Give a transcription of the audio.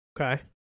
Okay